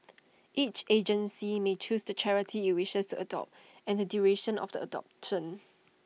each agency may choose the charity IT wishes to adopt and the duration of the adoption